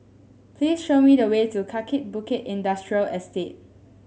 please show me the way to Kaki Bukit Industrial Estate